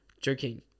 Joking